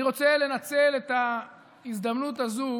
אני רוצה לנצל את ההזדמנות הזו